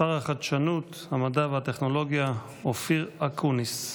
שר החדשנות, המדע והטכנולוגיה אופיר אקוניס.